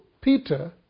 Peter